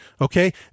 Okay